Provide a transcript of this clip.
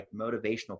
motivational